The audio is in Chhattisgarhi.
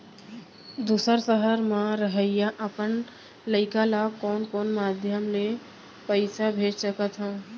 दूसर सहर म रहइया अपन लइका ला कोन कोन माधयम ले पइसा भेज सकत हव?